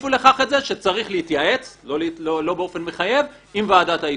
הוסיפו לך את זה שצריך להתייעץ לא באופן מחייב עם ועדת האיתור.